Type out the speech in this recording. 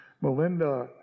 Melinda